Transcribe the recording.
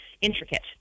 intricate